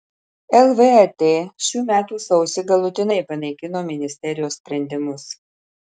lvat šių metų sausį galutinai panaikino ministerijos sprendimus